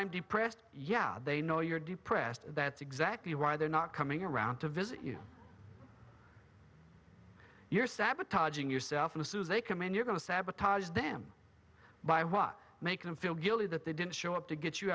i'm depressed yeah they know you're depressed that's exactly why they're not coming around to visit you you're sabotaging yourself and assume they can mean you're going to sabotage them by what make them feel guilty that they didn't show up to get you